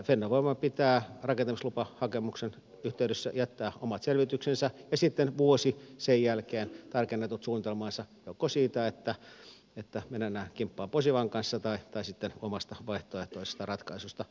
fennovoiman pitää rakentamislupahakemuksen yhteydessä jättää omat selvityksensä ja sitten vuosi sen jälkeen tarkennetut suunnitelmansa joko siitä että menevät kimppaan posivan kanssa tai sitten omasta vaihtoehtoisesta ratkaisusta